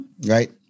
right